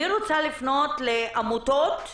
אני רוצה לפנות לעמותות ולמפעילים.